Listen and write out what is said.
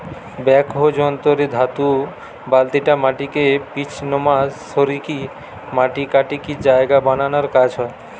backhoe যন্ত্র রে ধাতু বালতিটা মাটিকে পিছনমা সরিকি মাটি কাটিকি জায়গা বানানার কাজ হয়